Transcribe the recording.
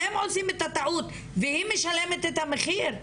אתם עושים את הטעות והיא משלמת את המחיר.